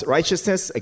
Righteousness